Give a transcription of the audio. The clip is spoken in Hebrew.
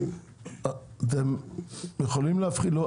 אתם יכולים להפחית.